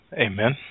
Amen